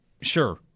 Sure